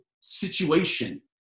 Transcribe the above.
situation